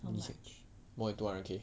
more than two hundred K